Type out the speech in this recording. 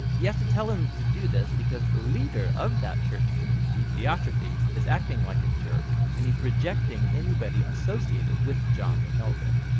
he has to tell him to do this because the leader of that church community, deotrephes, is acting like a jerk and he's rejecting anybody associated with john the elder.